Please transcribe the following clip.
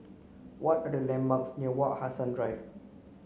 what are the landmarks near Wak Hassan Drive